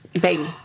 baby